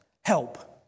Help